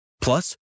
Plus